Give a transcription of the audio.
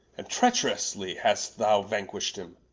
and trecherously hast thou vanquisht him,